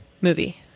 movie